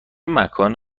مکان